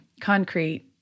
concrete